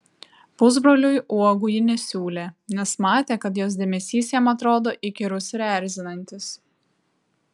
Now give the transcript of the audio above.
pusbroliui uogų ji nesiūlė nes matė kad jos dėmesys jam atrodo įkyrus ir erzinantis